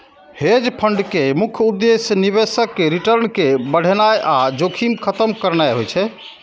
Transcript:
hedge fund के मुख्य उद्देश्य निवेशक केर रिटर्न कें बढ़ेनाइ आ जोखिम खत्म करनाइ होइ छै